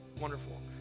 wonderful